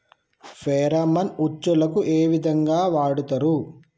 Pheromone ఉచ్చులకు ఏ విధంగా వాడుతరు?